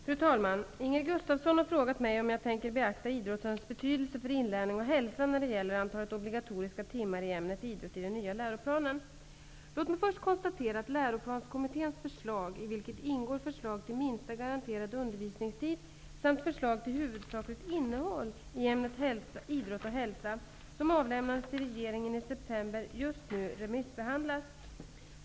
Fru talman! Inger Gustavsson har frågat mig om jag tänker beakta idrottens betydelse för inlärning och hälsa när det gäller antalet obligatoriska timmar i ämnet idrott i den nya läroplanen. Låt mig först konstatera att Läroplanskommitténs förslag, i vilket ingår förslag till minsta garanterad undervisningstid samt förslag till huvudsakligt innehåll i ämnet idrott och hälsa, som avlämnades till regeringen i september just nu remissbehandlas.